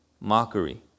mockery